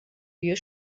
your